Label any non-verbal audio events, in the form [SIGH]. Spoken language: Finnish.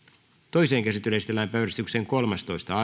toiseen käsittelyyn esitellään päiväjärjestyksen kuudestoista [UNINTELLIGIBLE]